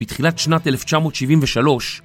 בתחילת שנת 1973